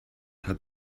hat